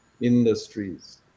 industries